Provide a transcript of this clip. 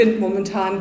momentan